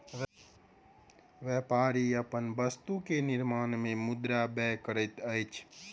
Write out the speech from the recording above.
व्यापारी अपन वस्तु के निर्माण में मुद्रा व्यय करैत अछि